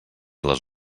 les